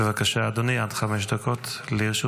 בבקשה, אדוני, עד חמש דקות לרשותך.